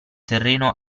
terreno